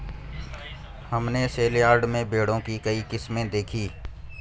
हमने सेलयार्ड में भेड़ों की कई किस्में देखीं